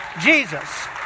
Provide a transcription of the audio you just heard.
Jesus